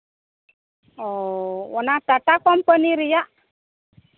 ᱚᱻ ᱚᱱᱟ ᱴᱟᱴᱟ ᱠᱳᱢᱯᱟᱱᱤ ᱨᱮᱭᱟᱜ